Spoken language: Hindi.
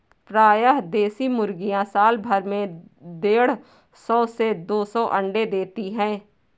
प्रायः देशी मुर्गियाँ साल भर में देढ़ सौ से दो सौ अण्डे देती है